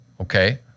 Okay